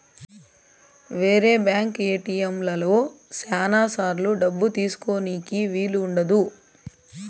వేరే బ్యాంక్ ఏటిఎంలలో శ్యానా సార్లు డబ్బు తీసుకోనీకి వీలు ఉండదు